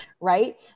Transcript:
right